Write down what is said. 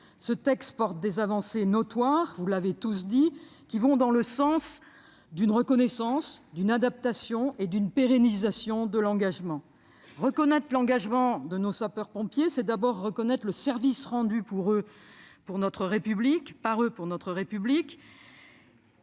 Ce texte comporte des avancées notoires, qui vont dans le sens d'une reconnaissance, d'une adaptation et d'une pérennisation de l'engagement. Reconnaître l'engagement de nos sapeurs-pompiers, c'est d'abord reconnaître le service rendu par eux à notre République,